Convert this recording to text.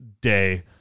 day